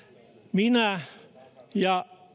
minä ja